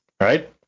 right